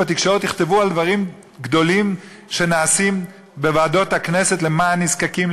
שבתקשורת יכתבו על דברים גדולים שנעשים בוועדות הכנסת למען נזקקים,